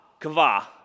kavah